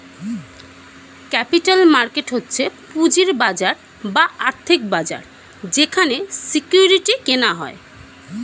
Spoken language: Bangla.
ক্যাপিটাল মার্কেট হচ্ছে পুঁজির বাজার বা আর্থিক বাজার যেখানে সিকিউরিটি কেনা হয়